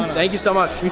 thank you so much.